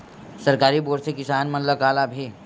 सरकारी बोर से किसान मन ला का लाभ हे?